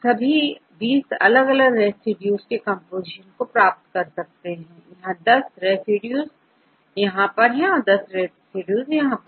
आप सभी 20 अलग अलग रेसिड्यूज के कंपोजीशन को प्राप्त कर सकते हैं यहां10 रेसिड्यूज और10 रेसिड्यूज यहां